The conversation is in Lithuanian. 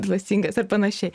dvasingas ar panašiai